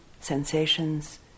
sensations